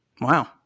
Wow